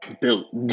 built